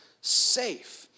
safe